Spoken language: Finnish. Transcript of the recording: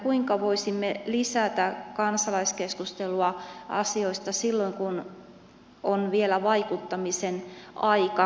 kuinka voisimme vastaisuudessa lisätä kansalaiskeskustelua asioista silloin kun on vielä vaikuttamisen aika